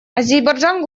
азербайджан